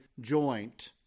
joint